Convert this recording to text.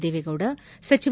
ದೇವೇಗೌಡ ಸಚಿವ